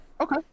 Okay